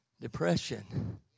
Depression